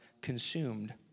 consumed